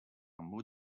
mot